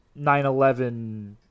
9-11